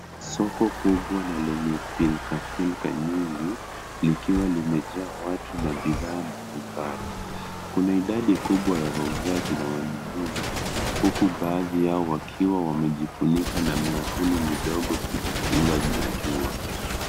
Soko kubwa na lenye pilkapilka nyingi likiwa limejaa watu na bidhaa mbalimbali. Kuna idadi kubwa ya wauzaji na wanunuzi huku baadhi yao wakiwa wamejifunika na miavuli midogo kujikinga na jua.